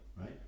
right